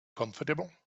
comfortable